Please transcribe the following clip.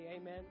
Amen